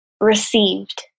received